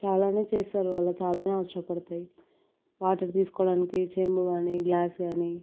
చాలానే చేస్తారు అలా చాలానే అవసరం పడతాయి వాటర్ తీసుకోవడానికి చెంబు గానీ గ్లాస్ గానీ